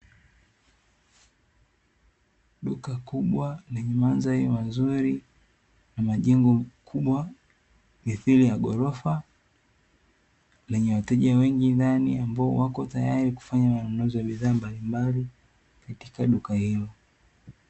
Duka kubwa lenye mandhari mazuri na majengo makubwa mithiri ya ghorofa lenye wateja wengi ndani ambao wako tayari kufanya manunuzi ya bidhaa mbalimbali katika duka hilo.